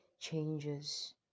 changes